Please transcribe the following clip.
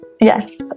Yes